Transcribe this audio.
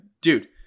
dude